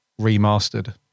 remastered